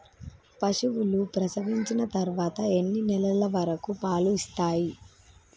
పశువులు ప్రసవించిన తర్వాత ఎన్ని నెలల వరకు పాలు ఇస్తాయి?